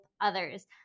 others